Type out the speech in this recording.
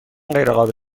غیرقابل